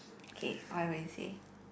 K what will you say